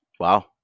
Wow